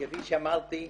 כפי שאמרתי,